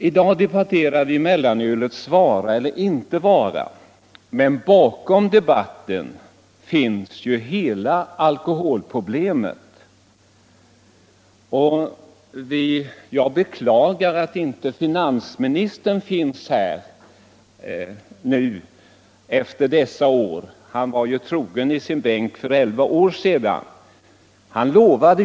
I dag debatterar vi mellanölets vara eller inte vara, men bakom debatten finns hela alkoholproblemet. Jag beklagar att finansministern inte finns här i dag — han satt troget i sin bänk för elva år sedan då vi diskuterade mellanölets införande.